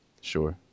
Sure